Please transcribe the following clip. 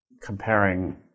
comparing